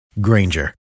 Granger